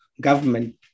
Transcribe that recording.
government